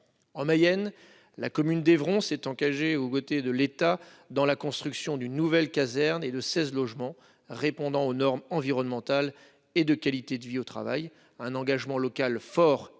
En Mayenne, la commune d'Évron s'est engagée aux côtés de l'État dans la construction d'une nouvelle caserne et de seize logements répondant aux normes environnementales et de qualité de vie au travail- un engagement local fort et légitime